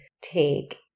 take